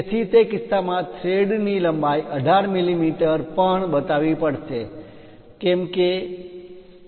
તેથી તે કિસ્સામાં થ્રેડ ની લંબાઈ 18 મીમી પણ બતાવવી પડશે કે આ 18 મીમી છે